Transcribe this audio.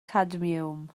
cadmiwm